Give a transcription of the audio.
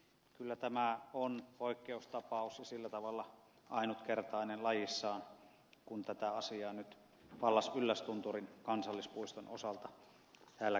kyllä tämä on poikkeustapaus ja sillä tavalla ainutkertainen lajissaan kun tätä asiaa nyt pallas yllästunturin kansallispuiston osalta täällä käsitellään